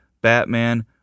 Batman